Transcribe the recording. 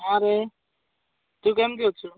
ଆରେ ତୁ କେମତି ଅଛୁ